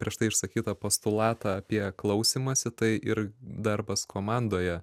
prieš tai išsakytą postulatą apie klausymąsi tai ir darbas komandoje